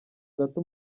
gato